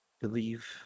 believe